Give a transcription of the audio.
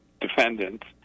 defendants